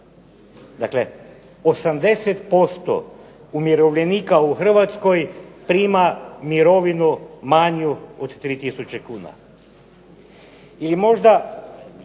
dakle 80% umirovljenika u Hrvatskoj prima mirovinu manju od 3 tisuće kuna.